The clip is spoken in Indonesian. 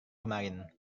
kemarin